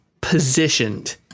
positioned